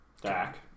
Dak